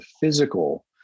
physical